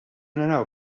naraw